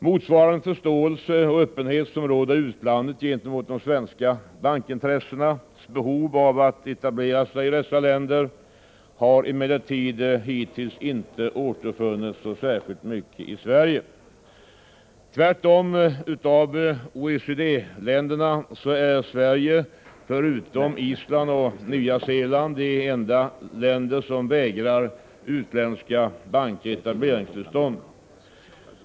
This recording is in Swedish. Motsvarande förståelse och öppenhet som råder i utlandet gentemot svenska bankintressens behov att etablera sig i dessa länder har emellertid hittills inte återfunnits i särskilt hög grad i Sverige. Tvärtom! Av OECD: länderna är Sverige förutom Island och Nya Zeeland det enda land som vägrar utländska banker etableringstillstånd.